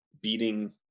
beating